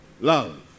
Love